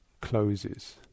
closes